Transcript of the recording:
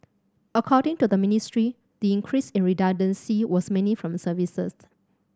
according to the Ministry the increase in redundancy was mainly from services